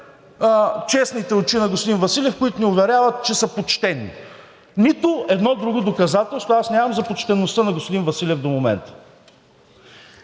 честните очи на господин Василев, които ни уверяват, че са почтени. Нито едно друго доказателство нямам за почтеността на господин Василев до момента.